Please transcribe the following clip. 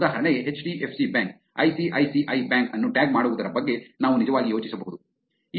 ಉದಾಹರಣೆಗೆ H D F C bank ICICI bank ಅನ್ನು tag ಮಾಡುವುದರ ಬಗ್ಗೆ ನಾವು ನಿಜವಾಗಿ ಯೋಚಿಸಬಹುದು